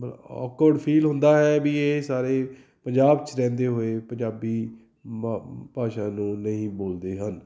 awkward feel ਹੁੰਦਾ ਹੈ ਵੀ ਇਹ ਸਾਰੇ ਪੰਜਾਬ 'ਚ ਰਹਿੰਦੇ ਹੋਏ ਪੰਜਾਬੀ ਮ ਭਾਸ਼ਾ ਨੂੰ ਨਹੀਂ ਬੋਲਦੇ ਹਨ